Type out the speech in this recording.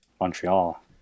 Montreal